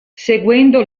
seguendo